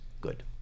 good